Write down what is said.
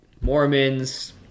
Mormons